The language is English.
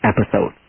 episode